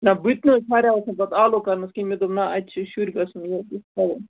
نہ بہٕ تہِ نہ حظ ٹھہریاوُس نہٕ پَتہٕ آلَو کَرنَس کِہیٖنۍ مےٚ دوٚپ نہ اَتہِ چھِ شُرۍ گژھان